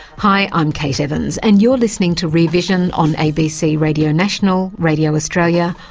hi, i'm kate evans and you're listening to rear vision on abc radio national, radio australia,